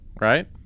right